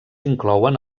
inclouen